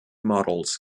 models